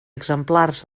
exemplars